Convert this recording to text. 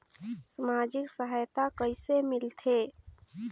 समाजिक सहायता कइसे मिलथे?